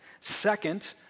Second